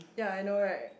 ya I know right